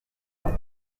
site